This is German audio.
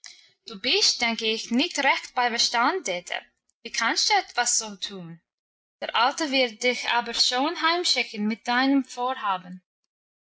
du bist denk ich nicht recht bei verstand dete wie kannst du so etwas tun der alte wird dich aber schon heimschicken mit deinem vorhaben